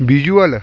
visual